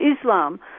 Islam